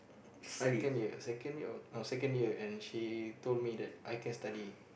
second year second year oh and she told me that I can study